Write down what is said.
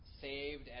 saved